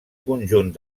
conjunt